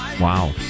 Wow